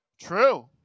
true